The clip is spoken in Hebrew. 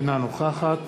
אינה נוכחת